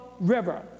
River